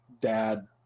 dad